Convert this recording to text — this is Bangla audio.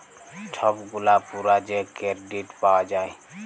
ছব গুলা পুরা যে কেরডিট পাউয়া যায়